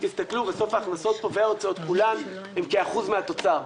אם תסתכלו בסוף ההכנסות וההוצאות כולן הם כאחוז מהתוצר.